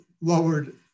lowered